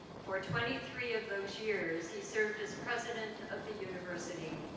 for twenty three of those years, he served as president of the university,